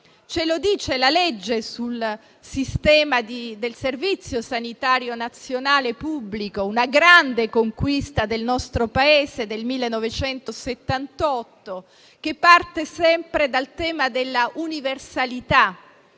Ce lo dice la legge sul Servizio sanitario nazionale pubblico, una grande conquista del nostro Paese del 1978, che parte sempre dal tema dell'universalità,